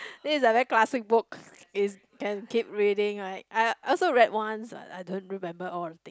this is like very classic book is can keep reading like I also read once but I don't remember all the thing